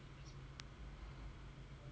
I mean true lah but